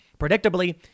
Predictably